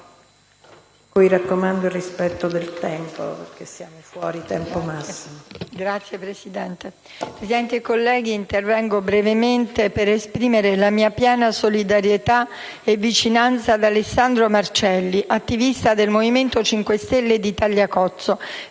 *(M5S)*. Signora Presidente, colleghi, intervengo brevemente per esprimere la mia piena solidarietà e vicinanza ad Alessandro Marcelli, attivista del Movimento 5 Stelle di Tagliacozzo,